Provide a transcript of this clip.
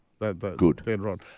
Good